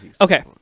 okay